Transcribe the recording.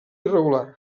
irregular